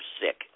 sick